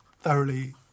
thoroughly